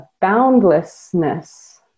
boundlessness